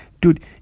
Dude